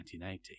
1980